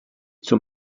zum